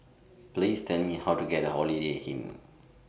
Please Tell Me How to get to Holiday Inn